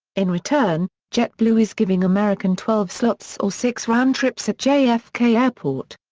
in return, jetblue is giving american twelve slots or six round trips at jfk airport.